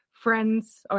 Friends